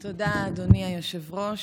תודה, אדוני היושב-ראש.